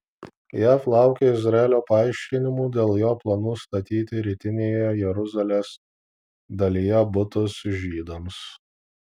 jav laukia izraelio paaiškinimų dėl jo planų statyti rytinėje jeruzalės dalyje butus žydams